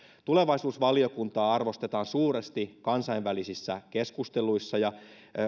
tulevaisuusvaliokuntaa arvostetaan suuresti kansainvälisissä keskusteluissa ja